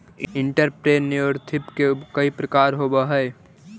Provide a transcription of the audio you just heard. entrepreneurship के कई प्रकार होवऽ हई